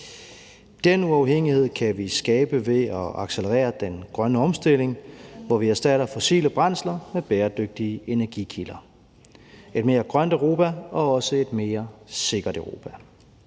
Den uafhængighed kan vi skabe ved at accelerere den grønne omstilling, hvor vi erstatter fossile brændsler med bæredygtige energikilder – et mere grønt Europa og også et mere sikkert Europa.